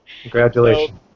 Congratulations